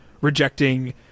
rejecting